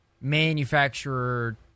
manufacturer